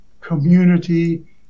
community